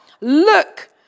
look